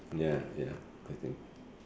ya ya I think